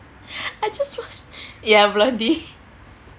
I just want ya blondie